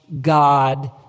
God